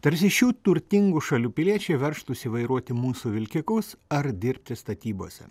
tarsi šių turtingų šalių piliečiai veržtųsi vairuoti mūsų vilkikus ar dirbti statybose